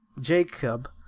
Jacob